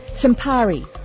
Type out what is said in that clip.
Sampari